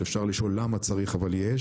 שאפשר לשאול למה צריך, אבל יש